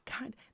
God